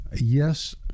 Yes